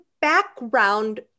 background